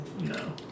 No